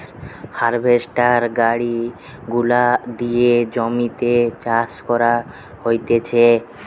harvester গাড়ি গুলা দিয়ে জমিতে চাষ করা হতিছে